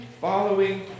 following